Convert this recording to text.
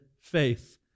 faith